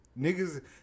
Niggas